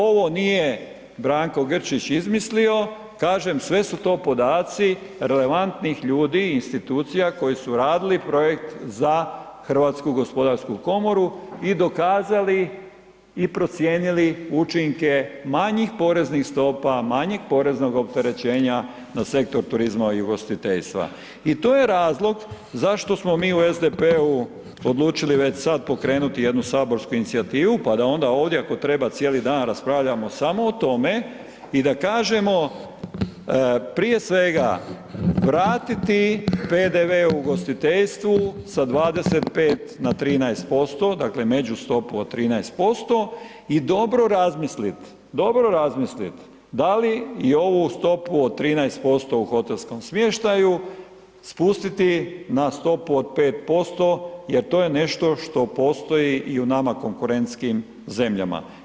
Ovo nije Branko Grčić izmislio, kažem sve su to podaci relevantnih ljudi i institucija koji su radili projekt za HGK i dokazali i procijenili učinke manjih poreznih stopa, manjeg poreznog opterećenja na sektor turizma i ugostiteljstva i to je razlog zašto smo mi u SDP-u odlučili već sad pokrenuti jednu saborsku inicijativu pa da onda ovdje ako treba cijeli raspravljamo samo o tome i da kažemo prije svega, vratiti PDV-u ugostiteljstvu sa 25 na 13%, dakle međustopu od 13% i dobro razmisliti, dobro razmisliti da li i ovu stopu od 13% u hotelskom smještaju spustiti na stopu od 5% jer to je nešto što postoji i u nama konkurentskim zemljama.